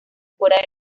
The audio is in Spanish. fuera